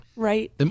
Right